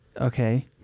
Okay